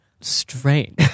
strange